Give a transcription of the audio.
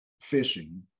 fishing